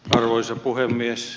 arvoisa puhemies